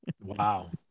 Wow